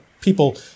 people